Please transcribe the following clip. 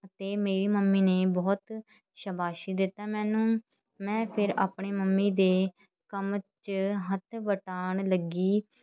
ਅਤੇ ਮੇਰੀ ਮੰਮੀ ਨੇ ਬਹੁਤ ਸ਼ਾਬਾਸ਼ੀ ਦਿੱਤਾ ਮੈਨੂੰ ਮੈਂ ਫਿਰ ਆਪਣੀ ਮੰਮੀ ਦੇ ਕੰਮ 'ਚ ਹੱਥ ਵਟਾਉਣ ਲੱਗੀ